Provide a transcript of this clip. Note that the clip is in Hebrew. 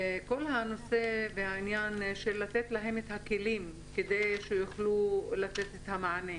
כל הנושא והעניין של לתת להם את הכלים כדי שיוכלו לתת את המענה.